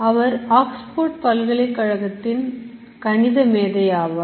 அவர் Oxford பல்கலைக்கழகத்தின் கணித மேதை ஆவார்